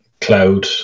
cloud